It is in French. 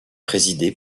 présidé